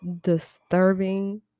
disturbing